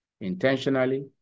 intentionally